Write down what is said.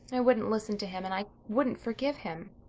i wouldn't listen to him and i wouldn't forgive him